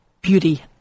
beauty